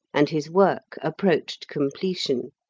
and his work approached completion.